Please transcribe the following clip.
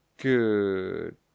Good